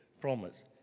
promise